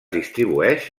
distribueix